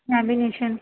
بائنڈینیشن